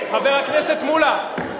חבר הכנסת מולה,